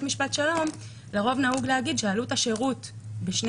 משפט שלום לרוב נהוג להגיד שעלות השירות בשני